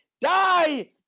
die